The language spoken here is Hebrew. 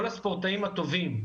כל הספורטאים הטובים,